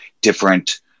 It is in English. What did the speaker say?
different